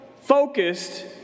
focused